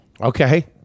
Okay